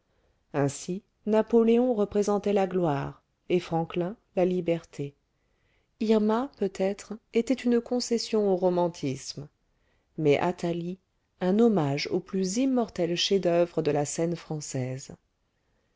ainsi napoléon représentait la gloire et franklin la liberté irma peut-être était une concession au romantisme mais athalie un hommage au plus immortel chef-d'oeuvre de la scène française